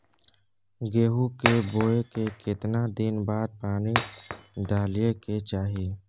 गेहूं के बोय के केतना दिन बाद पानी डालय के चाही?